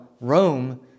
Rome